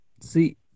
See